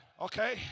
Okay